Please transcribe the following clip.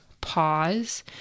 pause